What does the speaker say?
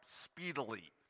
speedily